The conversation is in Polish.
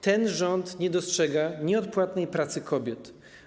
Ten rząd nie dostrzega nieodpłatnej pracy kobiet.